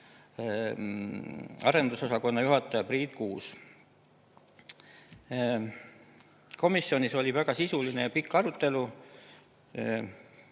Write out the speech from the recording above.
arendusosakonna juhataja Priit Kuus. Komisjonis oli väga sisuline ja pikk arutelu.